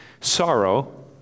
Sorrow